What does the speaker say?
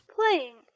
Playing